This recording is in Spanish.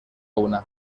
una